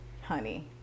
honey